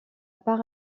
par